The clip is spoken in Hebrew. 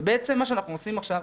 ובעצם מה שאנחנו עושים עכשיו,